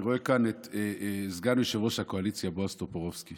אני רואה כאן את סגן יושב-ראש הקואליציה בועז טופורובסקי.